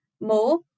more